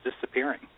disappearing